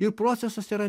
ir procesas yra